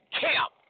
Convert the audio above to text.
camp